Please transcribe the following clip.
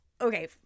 okay